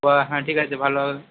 ও হ্যাঁ ঠিক আছে ভালো হবে